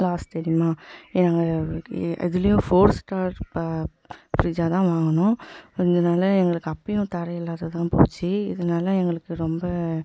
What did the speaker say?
loss தெரியுமா எங்கள் எ அதுலையும் ஃபோர் ஸ்டார் பா ஃப்ரிட்ஜாக தான் வாங்கினோம் அதனால எங்களுக்கு அப்பையும் தரம் இல்லாதது தான் போச்சு இதனால எங்களுக்கு ரொம்ப